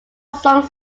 songs